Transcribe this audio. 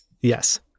Yes